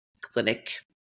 clinic